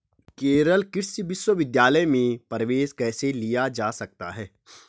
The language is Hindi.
केरल कृषि विश्वविद्यालय में प्रवेश कैसे लिया जा सकता है?